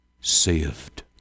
saved